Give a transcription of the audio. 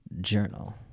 journal